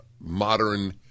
modern